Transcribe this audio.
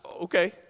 okay